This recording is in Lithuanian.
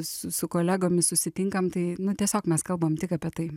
su su kolegomis susitinkam tai nu tiesiog mes kalbam tik apie tai